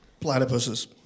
Platypuses